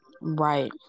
right